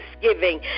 thanksgiving